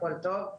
הכל טוב,